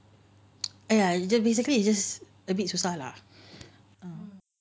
!aiya! ya just basically just a bit susah lah